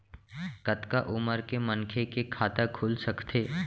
कतका उमर के मनखे के खाता खुल सकथे?